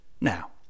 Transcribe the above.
Now